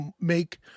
make